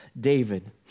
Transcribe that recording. David